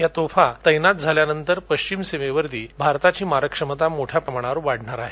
या तोफा तैनात झाल्यानंतर पश्चिम सीमेवर भारताची मारक क्षमता मोठ्या प्रमाणावर वाढणार आहे